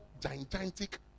gigantic